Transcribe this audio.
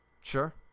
Sure